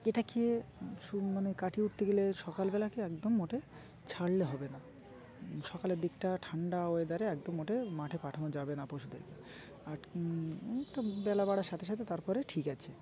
এটা খেয়ে সু মানে কাটিয়ে উঠতে গেলে সকালবেলাকে একদম মোটে ছাড়লে হবে না সকালের দিকটা ঠান্ডা ওয়েদারে একদম উঠে মাঠে পাঠানো যাবে না পশুদেরকে আর অনেকটা বেলা বাড়ার সাথে সাথে তারপরে ঠিক আছে